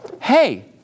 hey